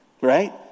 right